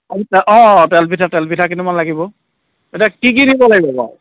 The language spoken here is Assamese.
আচ্ছা অঁ অঁ তেল পিঠা তেল পিঠা কেইটামান লাগিব এতিয়া কি কি দিব লাগিব বাৰু